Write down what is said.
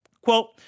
Quote